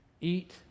eat